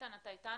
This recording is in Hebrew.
איתן, אתה אתנו?